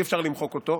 אי-אפשר למחוק אותו,